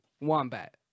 Wombat